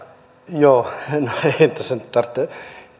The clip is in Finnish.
joo no ei tässä nyt tarvitse